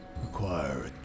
...require